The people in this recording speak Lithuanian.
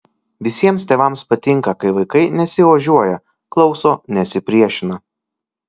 visiems tėvams patinka kai vaikai nesiožiuoja klauso nesipriešina